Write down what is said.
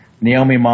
Naomi